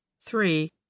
three